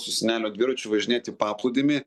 su senelio dviračiu važinėt į paplūdimį